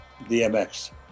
DMX